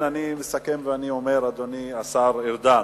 לכן, אני מסכם ואומר, אדוני השר ארדן,